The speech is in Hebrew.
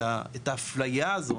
את ההפליה הזו,